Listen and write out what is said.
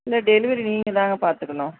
இல்லை டெலிவரி நீங்கள் தாங்க பார்த்துக்கணும்